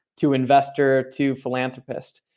to investor, to philanthropist.